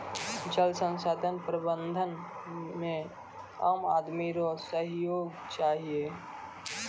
जल संसाधन प्रबंधन मे आम आदमी रो सहयोग चहियो